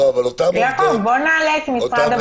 בואו נעלה את משרד הבריאות,